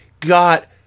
Got